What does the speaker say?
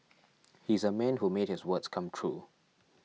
he's a man who made his words come true